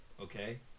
okay